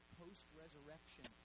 post-resurrection